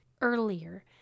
earlier